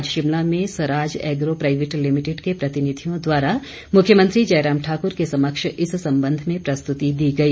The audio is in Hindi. आज शिमला में सराज एग्रो प्राइवेट लिमिटेड के प्रतिनिधियों द्वारा मुख्यमंत्री जयराम ठाकुर के समक्ष इस संबंध में प्रस्तुति दी गई